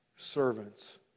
Servants